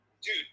Dude